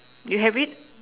you have it